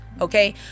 okay